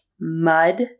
mud